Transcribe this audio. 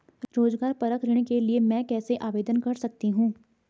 रोज़गार परक ऋण के लिए मैं कैसे आवेदन कर सकतीं हूँ?